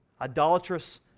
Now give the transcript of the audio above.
Idolatrous